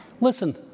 Listen